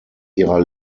ihrer